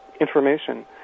information